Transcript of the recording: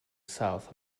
south